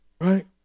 right